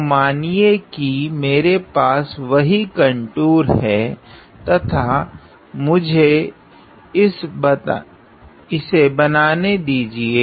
तो मानिए कि मेरे पास वही कंटूर है तथा मुझे इस बनाने दीजिए